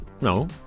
No